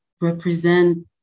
represent